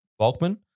Balkman